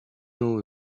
know